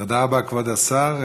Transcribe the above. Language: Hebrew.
תודה רבה, כבוד השר.